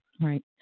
Right